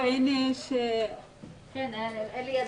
והשאלה שלך